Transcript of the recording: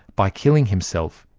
by killing himself,